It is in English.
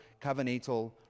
covenantal